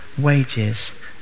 wages